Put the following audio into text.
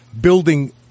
building